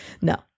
no